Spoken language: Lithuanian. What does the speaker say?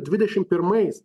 dvidešim pirmais